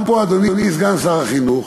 גם פה, אדוני סגן שר החינוך,